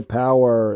power